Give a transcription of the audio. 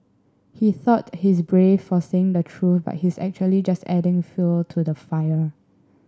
he thought he's brave for saying the truth but he's actually just adding fuel to the fire